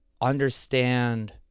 understand